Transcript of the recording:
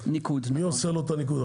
מי עושה לו את הניקוד?